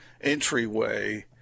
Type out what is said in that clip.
entryway